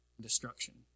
destruction